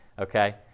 okay